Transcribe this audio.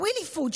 וילי פוד,